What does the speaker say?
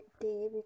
day